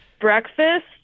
breakfast